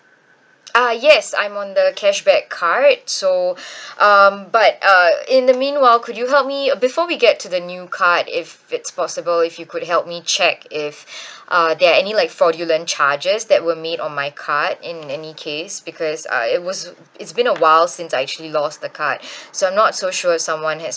uh yes I'm on the cashback card so um but uh in the meanwhile could you help me before we get to the new card if it's possible if you could help me check if uh there are any like fraudulent charges that were made on my card in any case because uh it was it's been a while since I actually lost the card so I'm not so sure if someone has